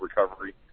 recovery